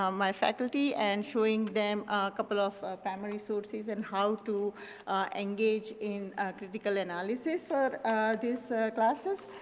um my faculty and showing them a couple of primary sources and how to engage in critical analysis for this classes.